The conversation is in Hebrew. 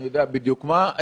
אני יודע בדיוק מה.